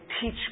teach